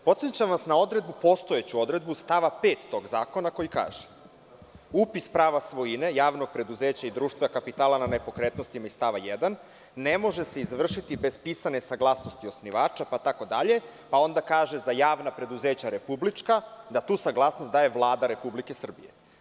Podsećam vas na postojeću odredbu stava 5. tog zakona koji kaže: „Upis prava svojine javnog preduzeća i društva kapitala na nepokretnostima iz stava 1. ne može se izvršiti bez pisane saglasnosti osnivača itd.“ Onda kaže da za javna preduzeća republička saglasnost daje Vlada Republike Srbije.